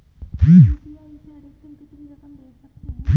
UPI से अधिकतम कितनी रकम भेज सकते हैं?